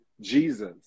Jesus